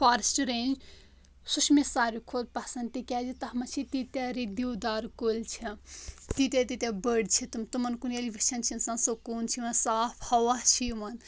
forest range سُہ چھُ مےٚ ساروے کھۄتہٕ پسنٛد تِکیٛازِ تتھ منٛز چھِ تیٖتیاہ رید دیودار کُلۍ چھِ تیٖتیاہ تیٖتیاہ بٔڑۍ چھِ تِم تِمن کُن ییٚلہِ وٕچھان چھُ انسان سکوٗن چھُ یِوان صاف ہوا چھ یِوان